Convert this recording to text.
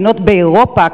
מדינות באירופה,